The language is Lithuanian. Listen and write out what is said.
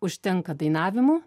užtenka dainavimų